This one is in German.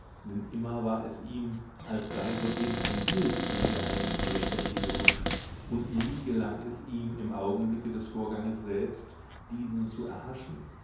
denn immer war es in ihm als sei soeben ein bild über die geheimnisvolle fläche gehuscht und nie gelang es ihm im augenblicke des vorganges selbst diesen zu erhaschen